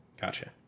Gotcha